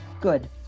Good